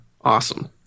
awesome